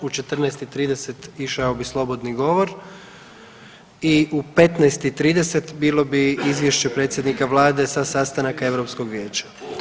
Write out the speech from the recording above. U 14 i 30 išao bi slobodni govor i u 15 i 30 bilo bi izvješće predsjednika vlade sa sastanaka Europskog vijeća.